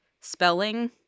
spelling